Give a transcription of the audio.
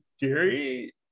Gary